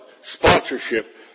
sponsorship